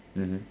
mmhmm